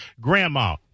Grandma